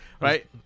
Right